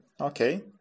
okay